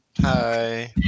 Hi